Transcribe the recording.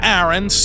Aaron